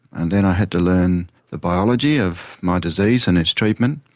and then i had to learn the biology of my disease and its treatment.